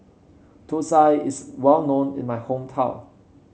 Thosai is well known in my hometown